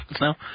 now